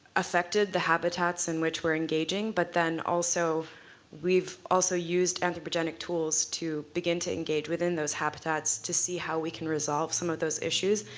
affected the habitats in which we're engaging, but then also we've also used anthropogenic tools to begin to engage within those habitats to see how we can resolve some of those issues.